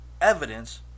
evidence